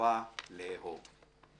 וחובה לאהוב.